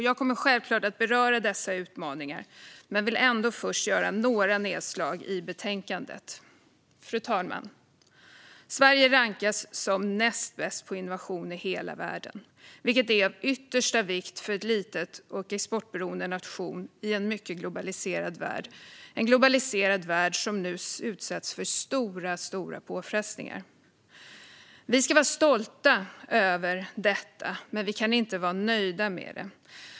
Jag kommer självklart att beröra dessa utmaningar men vill först göra några nedslag i betänkandet. Fru talman! Sverige rankas som näst bäst på innovation i hela världen, vilket är av yttersta vikt för en liten och exportberoende nation i en mycket globaliserad värld som nu utsätts för stora påfrestningar. Vi ska vara stolta över detta, men vi kan inte vara nöjda med det.